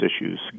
issues